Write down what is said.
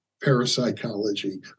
parapsychology